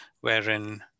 wherein